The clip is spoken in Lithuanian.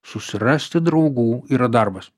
susirasti draugų yra darbas